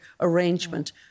arrangement